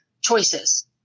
choices